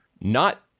not-